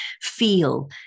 feel